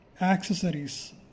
accessories